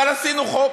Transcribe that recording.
אבל עשינו חוק,